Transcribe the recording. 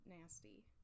nasty